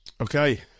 Okay